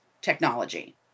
technology